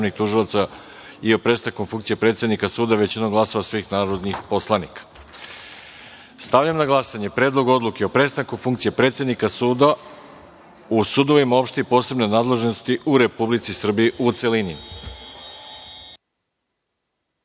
i o prestanku funkcije predsednika suda većinom glasova svih narodnih poslanika. Stavljam na glasanje Predlog odluke o prestanke funkcije predsednika suda u sudovima opšte i posebne nadležnosti u Republici Srbiji,